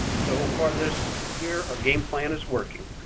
so far this year, our game plan is working.